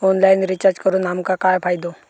Online recharge करून आमका काय फायदो?